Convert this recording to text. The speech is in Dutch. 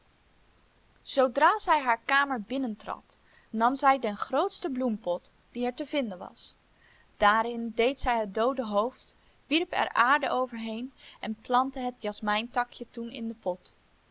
zoodra zij haar kamer binnentrad nam zij den grootsten bloempot die er te vinden was daarin deed zij het doode hoofd wierp er aarde overheen en plantte het jasmijntakje toen in den pot